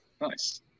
Nice